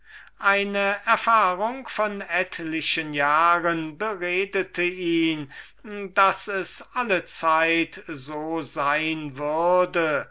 eine erfahrung von etlichen jahren beredete ihn daß es allezeit so sein würde